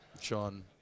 Sean